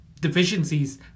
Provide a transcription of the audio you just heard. deficiencies